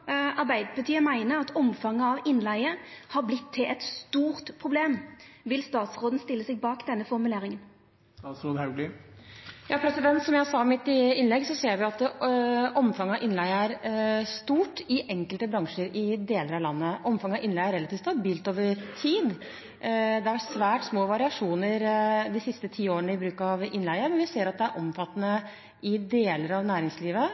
Arbeidarpartiet meiner at omfanget av innleige har vorte eit stort problem. Vil statsråden stilla seg bak denne formuleringa? Som jeg sa i mitt innlegg, ser vi at omfanget av innleie er stort i enkelte bransjer i deler av landet. Omfanget av innleie er relativt stabilt over tid. Det er svært små variasjoner de siste ti årene i bruk av innleie, men vi ser at det er omfattende i deler av næringslivet